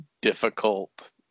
difficult